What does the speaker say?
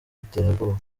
iterabwoba